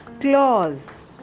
Claws